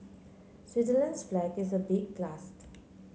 Switzerland's flag is a big plus